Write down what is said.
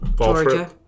Georgia